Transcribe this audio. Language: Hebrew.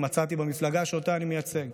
מצאתי במפלגה שאותה אני מייצג.